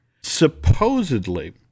supposedly